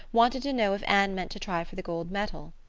wanted to know if anne meant to try for the gold medal.